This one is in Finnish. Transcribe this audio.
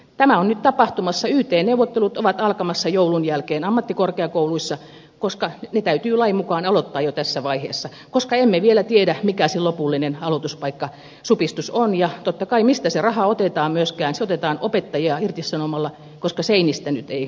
tämä on nyt tapahtumassa yt neuvottelut ovat alkamassa joulun jälkeen ammattikorkeakouluissa koska ne täytyy lain mukaan aloittaa jo tässä vaiheessa koska emme vielä tiedä mikä se lopullinen aloituspaikkasupistus on ja totta kai mistä se raha otetaan myöskään se otetaan opettajia irtisanomalla koska seinistä nyt ei voi ottaa